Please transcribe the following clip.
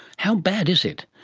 how bad is it?